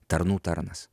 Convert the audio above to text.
tarnų tarnas